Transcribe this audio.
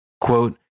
Quote